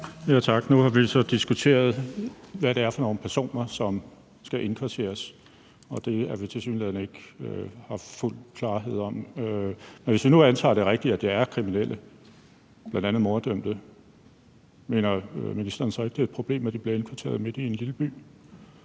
Tak. Nu har vi så diskuteret, hvad det er for nogle personer, som skal indkvarteres, og det har vi tilsyneladende ikke fuld klarhed over. Men hvis vi nu antager, at det er rigtigt, at det er kriminelle, bl.a. morddømte, mener ministeren så ikke, at det er et problem, at de bliver indkvarteret midt i en lille by?